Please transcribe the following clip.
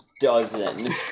Dozen